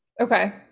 Okay